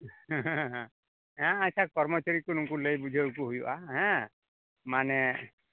ᱦᱮᱸ ᱟᱪᱪᱷᱟ ᱠᱚᱨᱢᱚᱪᱟᱨᱤ ᱠᱚ ᱱᱩᱠᱩ ᱞᱟᱹᱭ ᱵᱩᱡᱷᱟᱹᱣ ᱟᱠᱚ ᱦᱩᱭᱩᱜᱼᱟ ᱦᱮᱸ ᱢᱟᱱᱮ